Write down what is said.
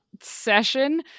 session